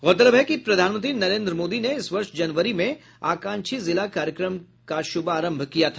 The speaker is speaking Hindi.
गौरतलब है कि प्रधानमंत्री नरेंद्र मोदी ने इस वर्ष जनवरी में आकांक्षी जिला कार्यक्रम का श्रभारंभ किया था